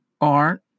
art